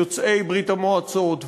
יוצאי ברית-המועצות,